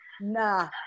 Nah